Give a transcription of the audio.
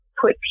put